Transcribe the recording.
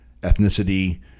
ethnicity